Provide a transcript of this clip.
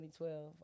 2012